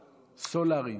סולריים.